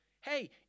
Hey